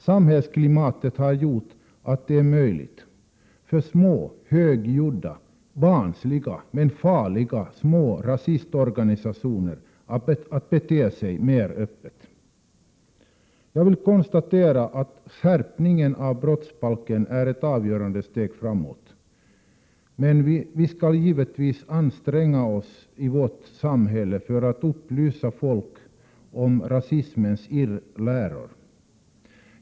Samhällsklimatet har gjort att det är möjligt för små, högljudda och barnsliga men farliga rasistorganisationer att uttala sig mer öppet. Jag konstaterar att de i brottsbalken skärpta straffen är ett avgörande steg framåt. Vi skall givetvis anstränga oss att upplysa folk i vårt samhälle om rasismens irrläror.